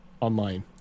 online